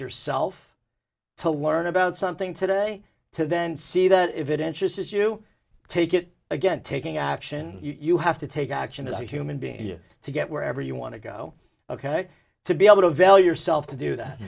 yourself to learn about something today to then see that if it interests you take it again taking action you have to take action as a human being to get where ever you want to go ok to be able to avail yourself to do that